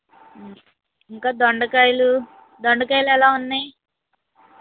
ఇంకా దొండకాయలు దొండకాయలు ఎలా ఉన్నాయి